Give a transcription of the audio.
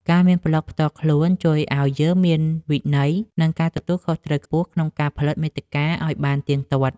ការមានប្លក់ផ្ទាល់ខ្លួនជួយឱ្យយើងមានវិន័យ និងការទទួលខុសត្រូវខ្ពស់ក្នុងការផលិតមាតិកាឱ្យបានទៀងទាត់។